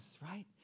right